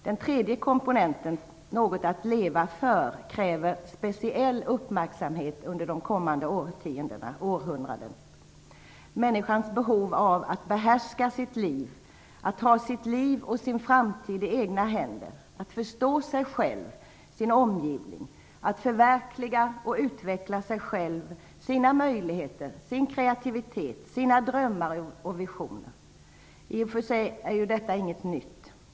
Den tredje komponenten, något att leva för, kräver speciell uppmärksamhet under de kommande årtiondena och det kommande århundradet. Det handlar om människans behov av att behärska sitt liv, att ta sitt liv och sin framtid i egna händer, att förstå sig själv, sin omgivning, att förverkliga och utveckla sig själv, sina möjligheter, sin kreativitet, sina drömmar och visioner. I och för sig är detta inget nytt.